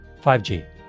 5G